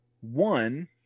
one